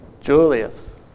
Julius